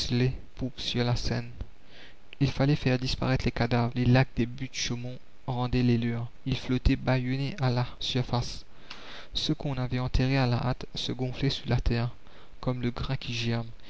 sur la seine il fallait faire disparaître les cadavres les lacs des buttes chaumont rendaient les leurs ils flottaient ballonnés à la surface ceux qu'on avait enterrés à la hâte se gonflaient sous la terre comme le grain qui germe